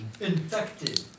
Infected